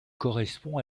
correspond